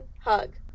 hug